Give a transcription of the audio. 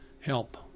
help